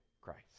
Christ